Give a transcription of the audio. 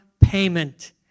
payment